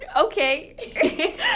okay